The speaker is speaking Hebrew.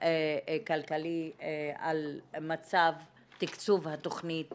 כלכלי על מצב תקצוב התכנית